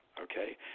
Okay